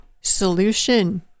solution